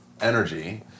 energy